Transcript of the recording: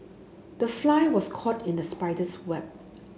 the fly was caught in the spider's web